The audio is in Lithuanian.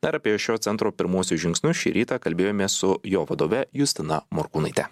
dar apie jo šio centro pirmuosius žingsnius šį rytą kalbėjomės su jo vadove justina morkūnaite